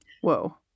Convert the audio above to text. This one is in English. Whoa